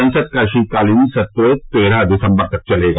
संसद का शीतकालीन सत्र् तेरह दिसम्बर तक चलेगा